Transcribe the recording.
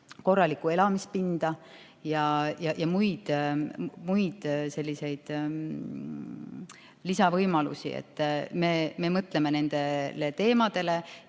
korralikku elamispinda ja muid lisavõimalusi. Me mõtleme nendele teemadele.